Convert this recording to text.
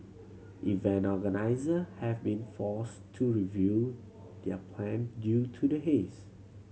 event organiser have been forced to review their plan due to the haze